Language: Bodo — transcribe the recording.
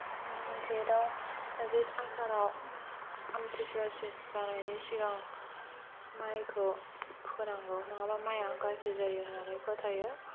जेदाव जेद आसाराव आमथिसुवासिम जानायनि सिगां मायखौ फोनांगौ नङाबा माया गाज्रि जायो होन्नानै फोथायो